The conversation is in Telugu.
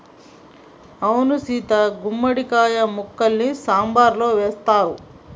అవును సీత గుమ్మడి కాయ ముక్కల్ని సాంబారులో వేస్తారు